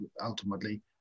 ultimately